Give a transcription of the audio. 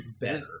better